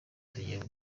tugiye